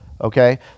Okay